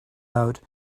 out